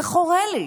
זה חורה לי,